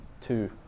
two